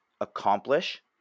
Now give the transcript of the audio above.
accomplish